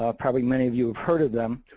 ah probably many of you have heard of them.